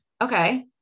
Okay